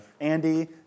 Andy